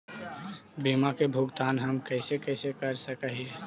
बीमा के भुगतान हम कैसे कैसे कर सक हिय?